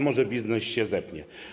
Może biznes się zepnie.